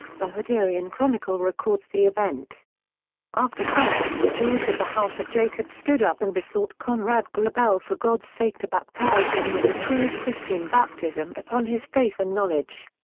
the hutterian chronicle records the event after prayer, george of the house of jacob stood up and besought conrad grebel for god's sake to baptize him with the true christian baptism upon his faith and knowledge.